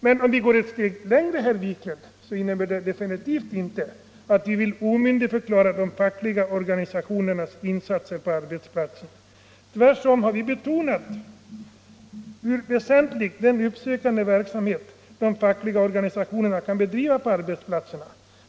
Men om vi går ett steg längre, betyder det absolut inte att vi vill omyndigförklara de fackliga organisationerna och underkänna deras insatser på arbetsplatserna. Tvärtom har vi betonat hur väsentlig den uppsökande verksamhet är som de fackliga organisationerna kan bedriva på arbetsplatserna.